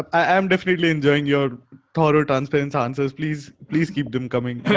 i am definitely enjoying your thorough transparent ah answers, please, please keep them coming.